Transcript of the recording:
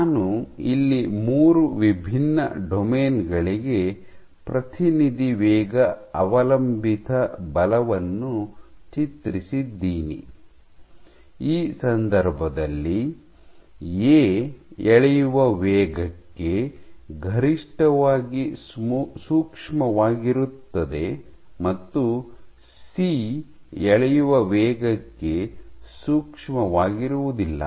ನಾನು ಇಲ್ಲಿ ಮೂರು ವಿಭಿನ್ನ ಡೊಮೇನ್ ಗಳಿಗೆ ಪ್ರತಿನಿಧಿ ವೇಗ ಅವಲಂಬಿತ ಬಲವನ್ನು ಚಿತ್ರಿಸಿದ್ದೀನಿ ಈ ಸಂದರ್ಭದಲ್ಲಿ ಎ ಎಳೆಯುವ ವೇಗಕ್ಕೆ ಗರಿಷ್ಠವಾಗಿ ಸೂಕ್ಷ್ಮವಾಗಿರುತ್ತದೆ ಮತ್ತು ಸಿ ಎಳೆಯುವ ವೇಗಕ್ಕೆ ಸೂಕ್ಷ್ಮವಾಗಿರುವುದಿಲ್ಲ